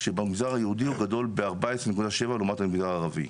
כשבמגזר היהודי הוא גדול בארבע עשרה נקודה שבע לעומת המגזר הערבי.